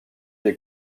des